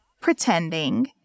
pretending